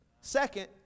Second